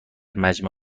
مجمع